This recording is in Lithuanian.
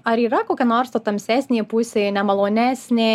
ar yra kokia nors ta tamsesnė pusė nemalonesnė